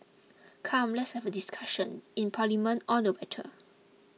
come let's have a discussion in Parliament all the better